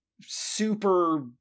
super